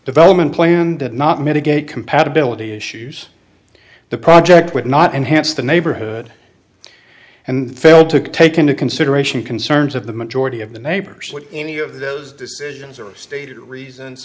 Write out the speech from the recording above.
development plan did not mitigate compatibility issues the project would not enhance the neighborhood and fail to take into consideration concerns of the majority of the neighbors any of those decisions are stated reasons